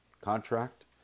contract